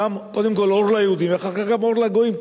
קודם כול אור ליהודים ואחר כך גם אור לגויים.